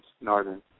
northern